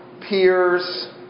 peers